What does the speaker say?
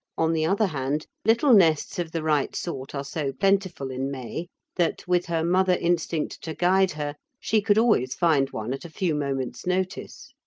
on the other hand, little nests of the right sort are so plentiful in may that, with her mother-instinct to guide her, she could always find one at a few moments' notice.